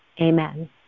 Amen